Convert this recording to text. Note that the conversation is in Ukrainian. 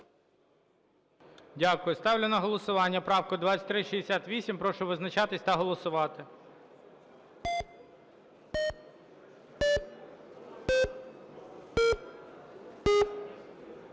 Дякую. Ставлю на голосування правку 2398. Прошу визначатись та голосувати.